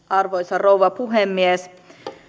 arvoisa rouva puhemies